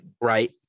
Right